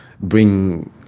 bring